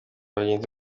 bagenzi